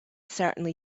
certainly